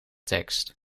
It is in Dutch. tekst